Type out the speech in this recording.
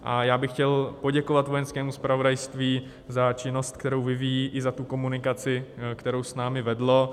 A já bych chtěl poděkovat Vojenskému zpravodajství za činnost, kterou vyvíjí, i za komunikaci, kterou s námi vedlo.